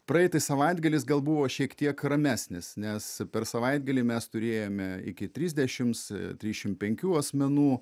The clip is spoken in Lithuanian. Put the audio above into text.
praeitas savaitgalis gal buvo šiek tiek ramesnis nes per savaitgalį mes turėjome iki trisdešimt trisdešimt penkių asmenų